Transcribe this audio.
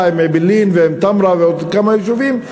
עם אעבלין ועם תמרה ועוד כמה יישובים,